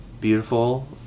beautiful